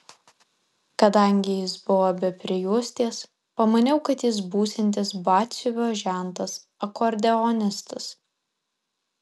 kadangi jis buvo be prijuostės pamaniau kad jis būsiantis batsiuvio žentas akordeonistas